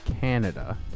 Canada